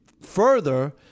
further